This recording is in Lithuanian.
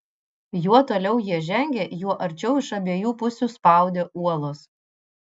juo toliau jie žengė juo arčiau iš abiejų pusių spaudė uolos